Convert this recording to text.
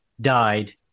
died